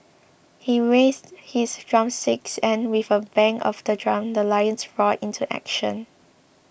he raised his drumsticks and with a bang of the drum the lions roared into action